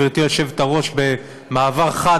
גברתי היושבת-ראש במעבר חד,